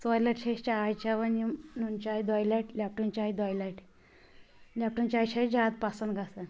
ژورِ لَٹہِ چھِ أسۍ چاے چیٚوان یِم نُن چاے دۄیہِ لٹہِ لیٚپٹن چاے دۄیہِ لٹہِ لیٚپٹن چاے چھِ اسہِ زیٛادٕ پسنٛد گَژھان